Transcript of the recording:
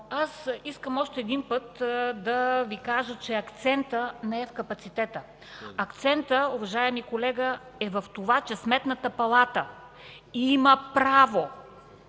но искам още веднъж да Ви кажа, че акцентът не е в капацитета. Акцентът, уважаеми колега, е в това, че Сметната палата има право